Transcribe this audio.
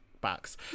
box